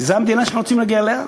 זו המדינה שאתם רוצים להגיע אליה?